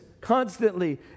constantly